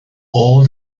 all